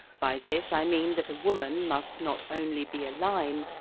by this i mean that a woman must not only be a line,